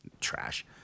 Trash